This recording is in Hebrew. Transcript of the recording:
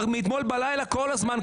מאתמול בלילה שומעים את זה כל הזמן.